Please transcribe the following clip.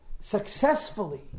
successfully